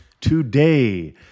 today